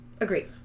Agreed